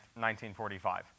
1945